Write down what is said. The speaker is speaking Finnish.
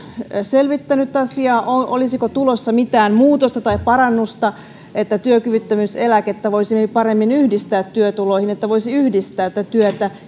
selvittänyt asiaa olisiko tulossa mitään muutosta tai parannusta että työkyvyttömyyseläkettä voisi paremmin yhdistää työtuloihin että voisi yhdistää tätä työtä